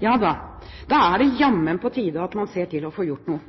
Da er det jammen på tide at man ser til å få gjort noe.